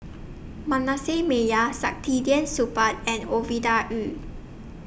Manasseh Meyer Saktiandi Supaat and Ovidia Yu